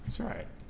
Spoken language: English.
so alright